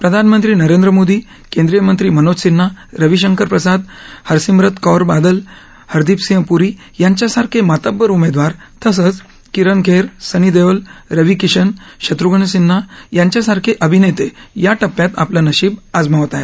प्रधानमंत्री नरेंद्र मोदी केंद्रिय मंत्री मनोज सिन्हा रविशंकर प्रसाद हरसिम्रत कौर बादल हरदीप सिंह पूरी यांच्यासारखे मातब्बर उमेदवार तसंच किरण खेर सनी देवल रवी किशन शत्रूघ्न सिन्हा यांच्यासारखे अभिनेते या टप्प्यात आपलं नशिब आजमावत आहेत